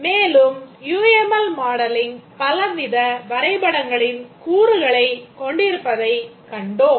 மேலும் UML modelling பலவித வரைபடங்களின் கூறுகளைக் கொண்டிருப்பதைக் கண்டோம்